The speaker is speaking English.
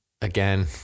again